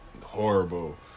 Horrible